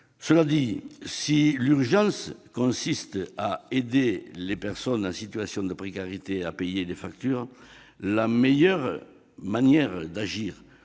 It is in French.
Cela dit, si l'urgence consiste à aider les personnes en situation de précarité à payer leurs factures, la meilleure manière d'agir